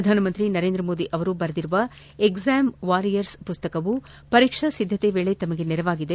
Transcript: ಪ್ರಧಾನಮಂತ್ರಿ ನರೇಂದ್ರ ಮೋದಿ ಅವರು ಬರೆದಿರುವ ಏಕ್ಷಾಮ್ ವಾರಿಯರ್ಸ್ ಮಸ್ತಕವು ಪರೀಕ್ಷಾ ಸಿದ್ದತೆ ವೇಳೆ ತಮಗೆ ನೆರವಾಗಿದೆ